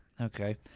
Okay